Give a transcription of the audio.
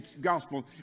Gospel